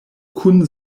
kun